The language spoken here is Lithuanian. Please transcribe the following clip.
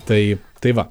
tai tai va